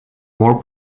more